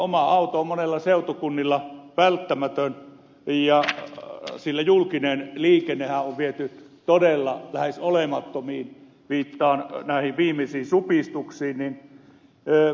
oma auto on monilla seutukunnilla välttämätön sillä julkinen liikennehän on viety todella lähes olemattomiin viittaan näihin viimeisiin supistuksiin